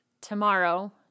tomorrow